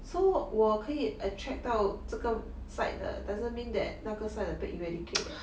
so 我可以 attract 到这个 side 的 doesn't mean that 那个 side 的被 eradicate eh